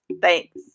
Thanks